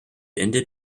ended